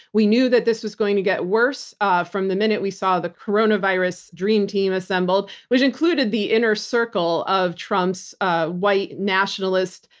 we knew that this was going to get worse ah from the minute we saw the coronavirus dream team assembled which included the inner circle of trump's ah white nationalist,